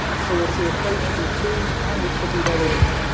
so you'll see a trade should be free and it should be well-ordered.